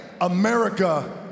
America